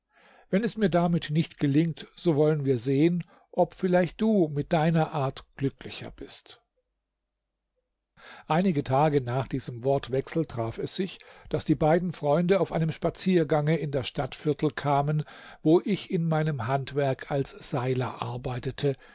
wenn es mir damit nicht gelingt so wollen wir sehen ob vielleicht du mit deiner art glücklicher bist einige tage nach diesem wortwechsel traf es sich daß die beiden freunde auf einem spaziergange in das stadtviertel kamen wo ich in meinem handwerk als seiler arbeitete